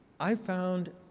i found,